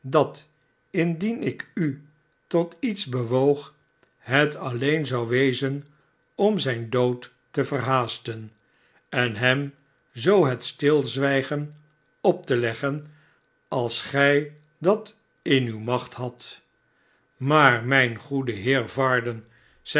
dat indien ik u tot iets bewoog het alleen zou wezen om zijn dood te verhaasten en hem zoo het stilzwijgen op te leggen als gij dat in uwe macht hadt maar mijn goede heer